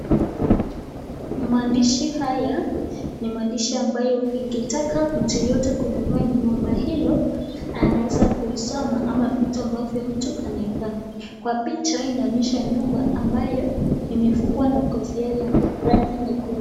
Maandishi haya ni maandishi ambayo ingetaka mtu yeyote kununua nyumba hilo anaweza kuisoma ama vitu ambavyo mtu anaifaa. Kwa picha inaonyesha nyumba ambayo imefungwa na kofia ya rangi nyekundu.